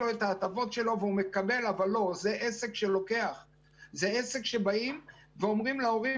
זה עסק שבאים ואומרים להורים,